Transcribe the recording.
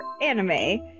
anime